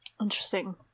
Interesting